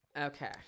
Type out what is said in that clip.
Okay